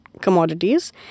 commodities